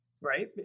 Right